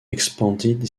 expanded